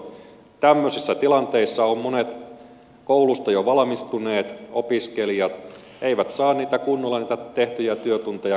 tämmöisissä tilanteissa ovat monet koulusta jo valmistuneet opiskelijat eivät saa kunnolla niitä tehtyjä työtunteja kasaan